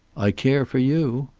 i care for you.